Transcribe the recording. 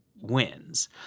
wins